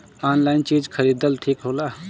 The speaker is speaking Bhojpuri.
आनलाइन चीज खरीदल ठिक होला?